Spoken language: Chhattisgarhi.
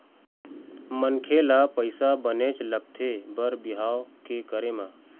मनखे ल पइसा बनेच लगथे बर बिहाव के करे म